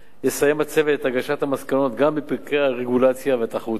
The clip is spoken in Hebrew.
יסיים הצוות את הגשת המסקנות גם בפרקי הרגולציה והתחרותיות.